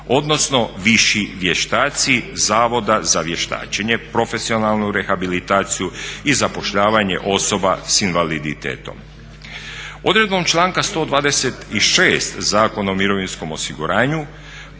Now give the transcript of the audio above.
odnosno viši vještaci Zavoda za vještačenje, profesionalnu rehabilitaciju i zapošljavanje osoba s invaliditetom. Odredbom članka 126. Zakona o mirovinskom osiguranju